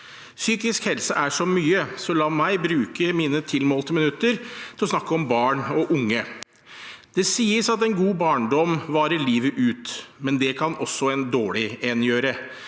Psykisk helse er så mye, så la meg bruke mine tilmålte minutter til å snakke om barn og unge. Det sies at en god barndom varer livet ut, men det kan også en dårlig en gjøre.